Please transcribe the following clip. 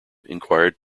inquired